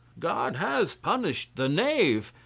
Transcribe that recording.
god has punished the knave,